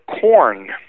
corn